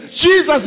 Jesus